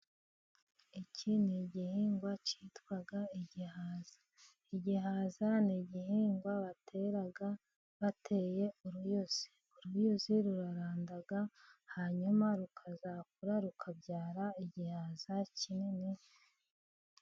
Iki ni igihingwa cyitwa igihaza, igihaza ni igihingwa batera bateye uruyuzi, uruyuzi ruraranda hanyuma rukazakura rukabyara igihaza kinini.